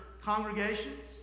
congregations